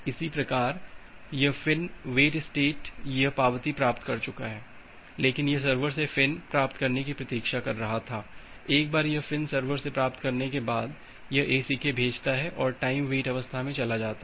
इसी प्रकार यह फ़िन् वेट स्टेट यह पावती प्राप्त कर चुका है लेकिन यह सर्वर से फ़िन् प्राप्त करने की प्रतीक्षा कर रहा था एक बार यह फ़िन् सर्वर से प्राप्त करने के बाद यह ACK भेजता है और टाइम वेट अवस्था में चला जाता है